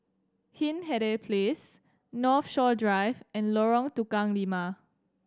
Hindhede Place Northshore Drive and Lorong Tukang Lima